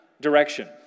direction